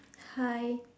hi